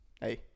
hey